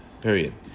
period